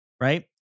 Right